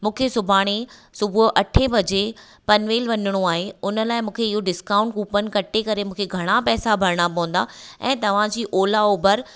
मूंखे सुभाणे सुबुह अठें बजे पनवेल वञिणो आहे उन लाइ मूंखे इहो डिस्काउंट कूपन कटे करे मूंखे घणा पैसा भरिणा पवंदा ऐं तव्हांजी ओला उबर